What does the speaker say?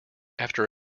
after